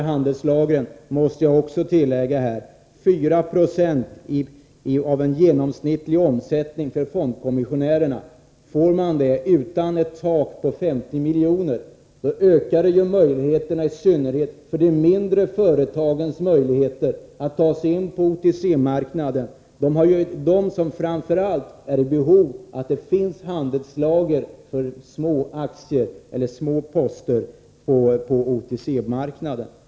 Om handelslagren får uppgå till 4 26 av en genomsnittlig omsättning för fondkommissionärerna — utan ett tak på 50 miljoner — ökar möjligheterna för i synnerhet de mindre företagen att ta sig in på OTC-marknaden. Det är framför allt de som har behov av att det finns handelslager för små poster på OTC-marknaden.